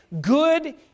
good